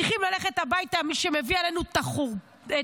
צריכים ללכת הביתה מי שמביאים עלינו את החורבן